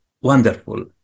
wonderful